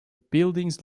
buildings